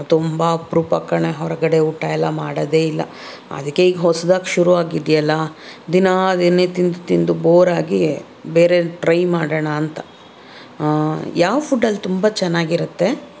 ನಾವು ತುಂಬ ಅಪರೂಪ ಕಣೆ ಹೊರಗಡೆ ಊಟ ಎಲ್ಲ ಮಾಡೋದೇ ಇಲ್ಲ ಅದಕ್ಕೆ ಈಗ ಹೊಸದಾಗಿ ಶುರು ಆಗಿದೆಯಲ್ಲ ದಿನಾ ಅದನ್ನೇ ತಿಂದು ತಿಂದು ಬೋರಾಗಿ ಬೇರೆ ಟ್ರೈ ಮಾಡೋಣ ಅಂತ ಯಾವ ಫುಡ್ ಅಲ್ಲಿ ತುಂಬ ಚೆನ್ನಾಗಿರತ್ತೆ